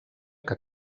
que